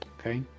Okay